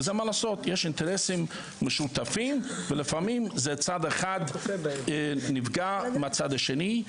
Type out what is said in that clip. יש אינטרסים משותפים ולפעמים צד אחד נפגע מהצד השני,